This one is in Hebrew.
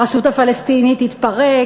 הרשות הפלסטינית תתפרק,